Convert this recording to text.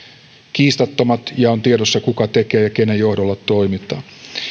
kiistattomat ja on tiedossa kuka tekee ja kenen johdolla toimitaan